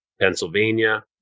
Pennsylvania